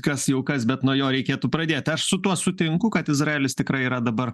kas jau kas bet nuo jo reikėtų pradėt aš su tuo sutinku kad izraelis tikrai yra dabar